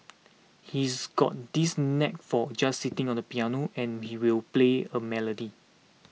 he's got this knack for just sitting on the piano and we will play a melody